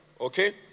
okay